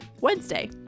wednesday